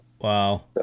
Wow